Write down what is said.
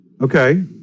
Okay